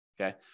okay